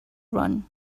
run